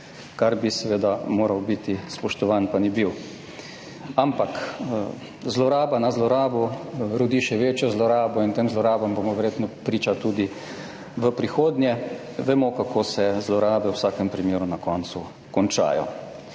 kar bi seveda moral biti spoštovan, pa ni bil. Ampak zloraba na zlorabo rodi še večjo zlorabo in tem zlorabam bomo verjetno priča tudi v prihodnje. Vemo kako se zlorabe v vsakem primeru na koncu končajo.